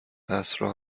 عصرا